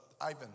Ivan